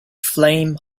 flame